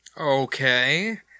Okay